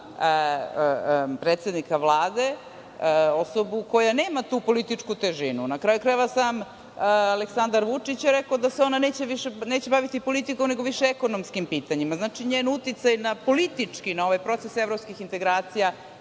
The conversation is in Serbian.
predsednika Vlade osobu koja nema tu političku težinu. Na kraju krajeva, sam Aleksandar Vučić je rekao da se ona neće baviti politikom, nego više ekonomskim pitanjima. Znači, njen uticaj politički na ove procese evropskih integracija